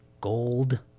Gold